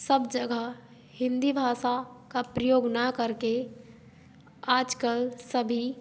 सब जगह हिंदी भाषा का प्रयोग न करके आजकल सभी